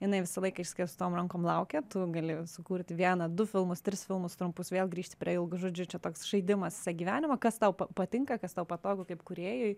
jinai visą laiką išskėstom rankom laukia tu gali sukurt vieną du filmus tris filmus trumpus vėl grįžti prie ilgų žodžiu čia toks žaidimas visą gyvenimą kas tau pa patinka kas tau patogu kaip kūrėjui